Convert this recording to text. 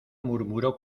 murmuró